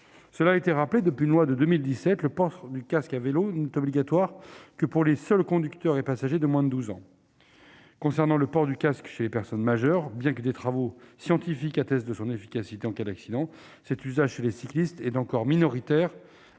cela a été rappelé, depuis une loi de 2017, le port du casque à vélo n'est obligatoire que pour les seuls conducteurs et passagers de moins de 12 ans. En ce qui concerne le port du casque chez les personnes majeures, bien que des travaux scientifiques attestent de son efficacité en cas d'accident, cet usage chez les cyclistes est encore minoritaire,